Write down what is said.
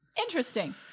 Interesting